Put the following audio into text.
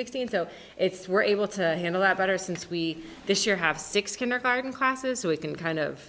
sixteen it's we're able to handle that better since we this year have six kindergarten classes so we can kind of